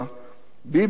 ביבי יתמוגג,